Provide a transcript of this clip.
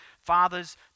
Fathers